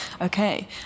Okay